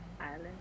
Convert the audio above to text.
Island